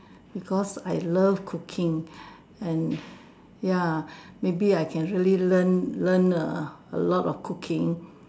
because I love cooking and ya maybe I can actually learn learn a a lot of cooking